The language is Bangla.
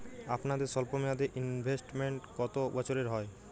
আপনাদের স্বল্পমেয়াদে ইনভেস্টমেন্ট কতো বছরের হয়?